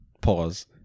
Pause